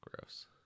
gross